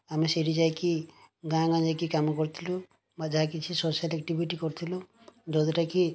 ଆମେ ସେଇଠି ଯାଇକି ଗାଁ ଗାଁ ଯାଇକି କାମ କରିଥିଲୁ ବା ଯାହା କିଛି ସୋସିଆଲ୍ ଏକ୍ଟିଭିଟି କରୁଥିଲୁ ଯୋଉଦ୍ୱାରା କି